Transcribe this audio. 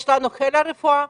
יש לנו חיל רפואה.